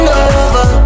over